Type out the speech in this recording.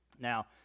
Now